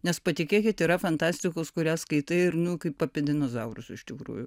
nes patikėkit yra fantastikos kurią skaitai ir nu kaip apie dinozaurus iš tikrųjų